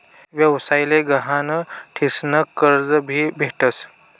व्यवसाय ले गहाण ठीसन कर्ज भी भेटस